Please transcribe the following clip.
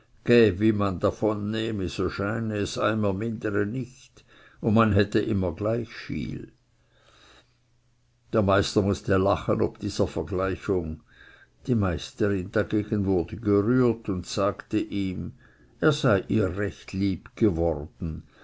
wie man davon nehme so scheine es eim er mindere nicht und man hätte immer gleich viel der meister mußte lachen ob dieser vergleichung die meisterin dagegen wurde gerührt und sagte ihm er sei ihr recht lieb geworden